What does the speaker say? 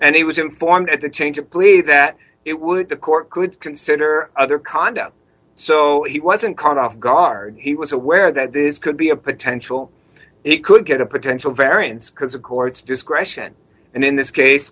and he was informed at the change of plea that it would the court could consider other condo so he wasn't caught off guard he was aware that this could be a potential it could get a potential variance because of court's discretion and in this case